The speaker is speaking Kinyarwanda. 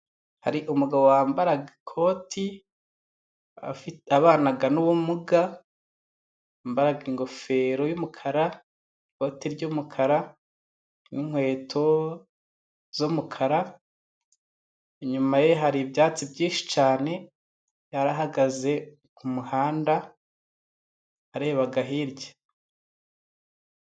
Hari umugabo wambaye ikoti afite abana n'ubumuga yambara ingofero y'umukara, ikoti ry'umukara, inkweto z'umukara. Inyuma ye hari ibyatsi byinshi cyane yari ahagaze ku muhanda areba hirya.